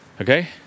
Okay